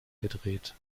gedreht